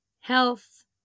health